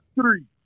three